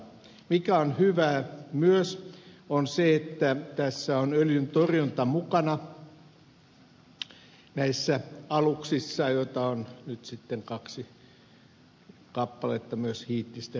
mikä on hyvää myös on se että öljyntorjunta on mukana näissä aluksissa joita on nyt sitten kaksi kappaletta myös hiittisten reittien palveluun toinen